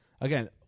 again